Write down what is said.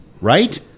right